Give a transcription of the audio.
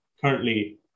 Currently